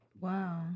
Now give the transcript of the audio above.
Wow